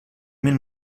mil